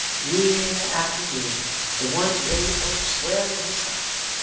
year after year the one great hope swelled in his heart,